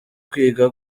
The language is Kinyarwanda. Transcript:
kwiga